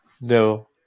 No